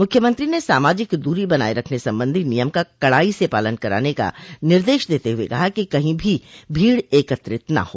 मुख्यमंत्री ने सामाजिक दूरी बनाये रखने संबंधी नियम का कड़ाई से पालन कराने का निदेश देते हुए कहा कि कहीं भी भीड़ एकत्रित न हो